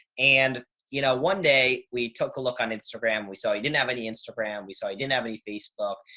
and you know, one day we took a look on instagram. we saw you didn't have any instagram. we saw you didn't have any facebook,